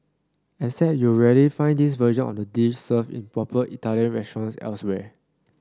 except you'll rarely find this version on the dish served in proper Italian restaurants elsewhere